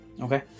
okay